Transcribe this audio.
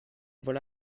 voilà